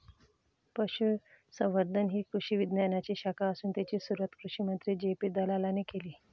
पशुसंवर्धन ही कृषी विज्ञानाची शाखा असून तिची सुरुवात कृषिमंत्री जे.पी दलालाने केले